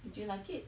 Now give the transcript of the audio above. did you like it